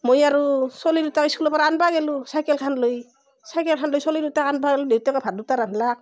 মই আৰু চলি দুটাক স্কুলৰ পৰা আনবা গ'লো চাইকেলখন লৈ চাইকেলখন লৈ চলি দুটাক আনবা গ'লো দেউতাকে ভাত দুটা ৰান্ধলাক